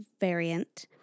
variant